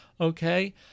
okay